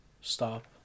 stop